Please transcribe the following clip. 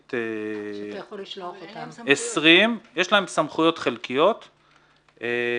הסביבתית 20, יש להם סמכויות חלקיות כ-20.